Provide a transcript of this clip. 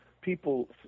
people